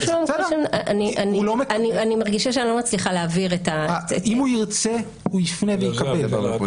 אני מרגישה שאני לא מצליחה להבהיר --- אם הוא ירצה הוא יפנה ויקבל.